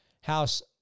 House